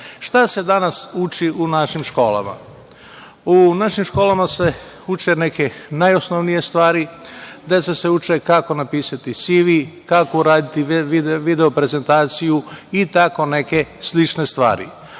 se danas uči u našim školama? U našim školama se uče neke najosnovnije stvari, deca se uče kako napisati si-vi, kako uraditi video prezentaciju i tako neke slične stvari,